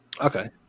Okay